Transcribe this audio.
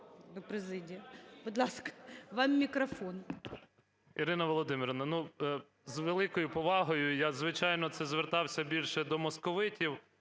Ірина Володимирівна, з великою повагою я, звичайно, це звертався більше до московитів,